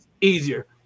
easier